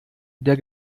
der